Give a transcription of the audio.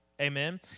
Amen